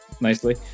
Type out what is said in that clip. Nicely